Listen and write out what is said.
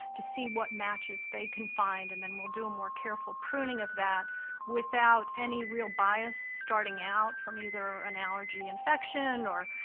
to see what matches they can find. and then we'll do a more careful pruning of that without any real bias starting out from either an allergy, infection, or,